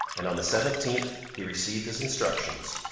and on the seventeenth he received his instructions,